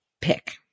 pick